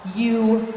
you-